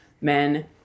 men